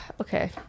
Okay